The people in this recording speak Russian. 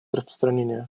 распространение